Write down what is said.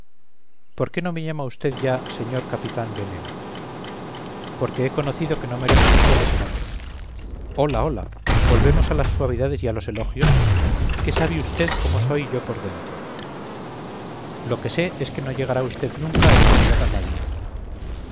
por qué no me llama usted ya señor capitán veneno porque he conocido que no merece usted ese nombre hola hola volvemos a las suavidades y a los elogios qué sabe usted cómo soy yo por dentro lo que sé es que no llegará usted nunca a envenenar a nadie